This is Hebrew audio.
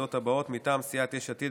בוועדות הבאות: מטעם סיעת יש עתיד,